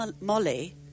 Molly